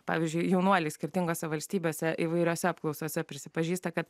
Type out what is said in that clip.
pavyzdžiui jaunuoliai skirtingose valstybėse įvairiose apklausose prisipažįsta kad